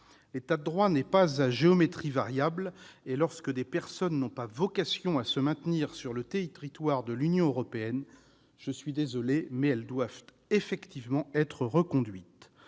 L'État de droit n'est pas à géométrie variable. Lorsque des personnes n'ont pas vocation à se maintenir sur le territoire de l'Union européenne, elles doivent être effectivement reconduites.